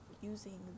using